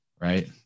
right